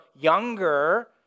younger